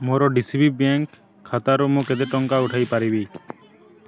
ମୋର D C B bank ଖାତାରୁ ମୁଁ କେତେ ଟଙ୍କା ଉଠାଇ ପାରିବି